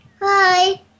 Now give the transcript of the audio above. Hi